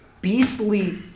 beastly